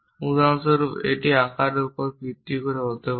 উদাহরণস্বরূপ এটি আকারের উপর ভিত্তি করে হতে পারে